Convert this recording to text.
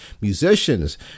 musicians